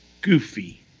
Goofy